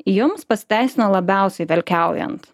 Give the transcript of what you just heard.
jums pasiteisino labiausiai velkiaujant